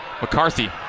McCarthy